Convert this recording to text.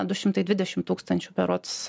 du šimtai dvidešimt tūkstančių berods